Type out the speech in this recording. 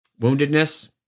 woundedness